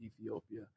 Ethiopia